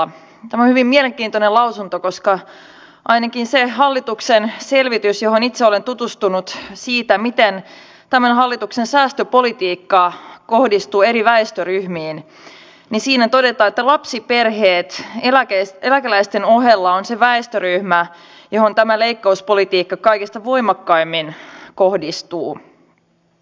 tämä on hyvin mielenkiintoinen lausunto koska ainakin siinä hallituksen selvityksessä johon itse olen tutustunut siitä miten tämän hallituksen säästöpolitiikka kohdistuu eri väestöryhmiin todetaan että lapsiperheet eläkeläisten ohella ovat se väestöryhmä johon tämä leikkauspolitiikka kaikista voimakkaimmin kohdistuu